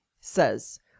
Says